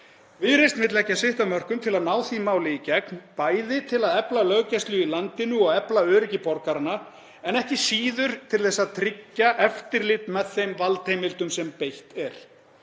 Viðreisn vill leggja sitt af mörkum til að ná því máli í gegn, bæði til að efla löggæslu í landinu og efla öryggi borgaranna en ekki síður til að tryggja eftirlit með þeim valdheimildum sem beitt er.